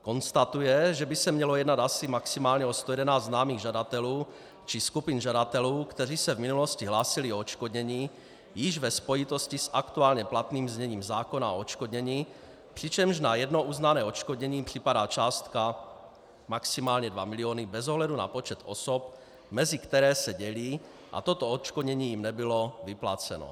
Konstatuje, že by se mělo jednat asi maximálně o 111 známých žadatelů či skupin žadatelů, kteří se v minulosti hlásili o odškodnění již ve spojitosti s aktuálně platným zněním zákona o odškodnění, přičemž na jedno uznané odškodnění připadá částka maximálně 2 mil. bez ohledu na počet osob, mezi které se dělí, a toto odškodnění jim nebylo vyplaceno.